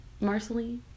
Marceline